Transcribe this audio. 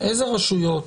באיזה רשויות